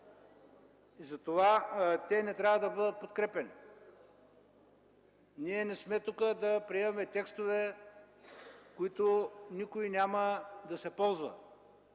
и затова те не трябва да бъдат подкрепяни. Ние не сме тук, за да приемаме текстове, от които никой няма да се ползва.